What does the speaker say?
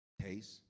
Taste